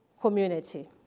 community